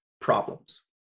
problems